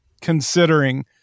considering